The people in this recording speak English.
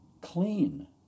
clean